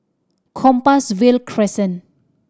Compassvale Crescent